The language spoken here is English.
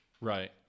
Right